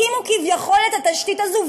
הקימו כביכול את התשתית הזאת,